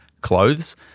clothes